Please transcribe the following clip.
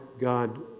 God